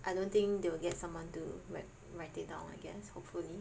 I don't think they will get someone to write write it down I guess hopefully